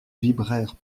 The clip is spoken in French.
vibrèrent